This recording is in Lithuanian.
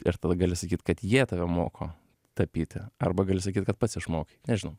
ir tada gali sakyt kad jie tave moko tapyti arba gali sakyt kad pats išmokai nežinau